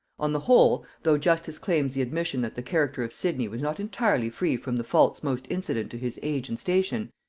on the whole, though justice claims the admission that the character of sidney was not entirely free from the faults most incident to his age and station,